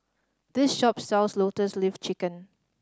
this shop sells Lotus Leaf Chicken